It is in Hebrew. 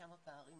שם הפערים